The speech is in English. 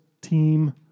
team